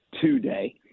today